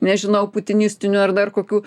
nežinau putinistinių ar dar kokių